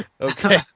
Okay